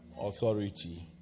authority